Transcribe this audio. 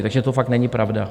Takže to fakt není pravda.